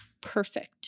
perfect